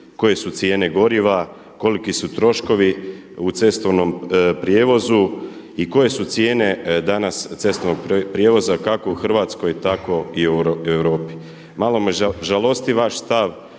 Koje su cijene goriva? Koliki su troškovi u cestovnom prijevozu i koje su cijene danas cestovnog prijevoza kako u Hrvatskoj, tako i u Europi. Malo me žalosti vaš stav,